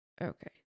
Okay